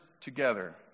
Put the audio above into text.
together